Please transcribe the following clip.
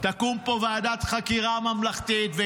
תקום פה ועדת חקירה ממלכתית.